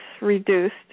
reduced